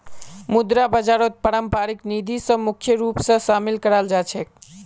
मुद्रा बाजारत पारस्परिक निधि स मुख्य रूप स शामिल कराल जा छेक